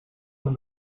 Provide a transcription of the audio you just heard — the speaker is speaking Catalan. als